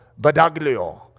Badaglio